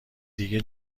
دیگه